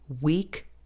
weak